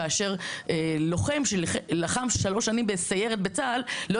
כאשר לוחם שלחם שלוש שנים בסיירת בצה"ל לא